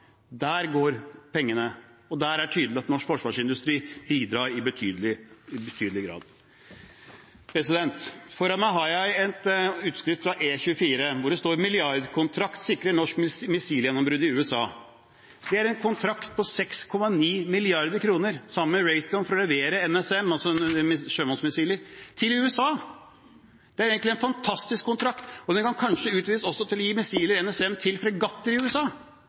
går pengene, og der er det tydelig at norsk forsvarsindustri bidrar i betydelig grad. Foran meg har jeg en utskrift fra E24, hvor det står: «Milliardkontrakt sikrer norsk missilgjennombrudd i USA.» Det er en kontrakt på 6,9 mrd. kr sammen med Raytheon for å levere NSM-missiler til USA. Det er egentlig en fantastisk kontrakt, og den kan kanskje utvides til også å levere NSM-missiler til fregatter i USA